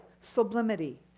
sublimity